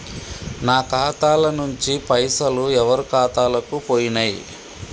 నా ఖాతా ల నుంచి పైసలు ఎవరు ఖాతాలకు పోయినయ్?